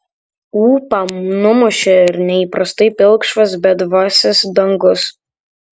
ūpą numušė ir neįprastai pilkšvas bedvasis dangus